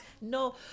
No